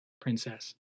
Princess